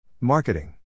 Marketing